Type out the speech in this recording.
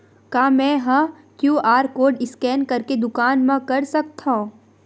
का मैं ह क्यू.आर कोड स्कैन करके दुकान मा कर सकथव?